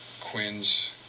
Quinn's